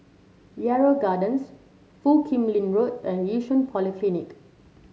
Yarrow Gardens Foo Kim Lin Road and Yishun Polyclinic